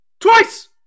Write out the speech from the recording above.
Twice